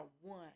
one